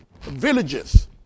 villages